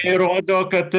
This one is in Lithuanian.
tai rodo kad